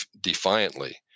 defiantly